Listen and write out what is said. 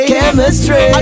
Chemistry